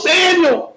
Samuel